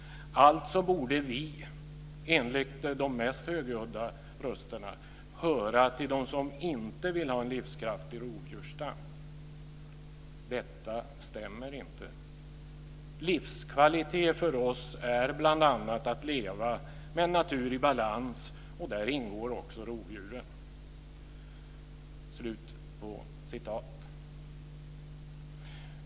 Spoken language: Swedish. Alltså borde vi, enligt de mest högljudda rösterna, höra till dem som inte vill ha en livskraftig rovdjursstam. Detta stämmer inte. Livskvalitet för oss är bl.a. att leva med en natur i balans, och där ingår också rovdjuren." Fru talman!